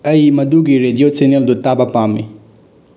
ꯑꯩ ꯃꯗꯨꯒꯤ ꯔꯦꯗꯤꯑꯣ ꯆꯦꯅꯦꯜꯗꯨ ꯇꯥꯕ ꯄꯥꯝꯃꯤ